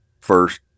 first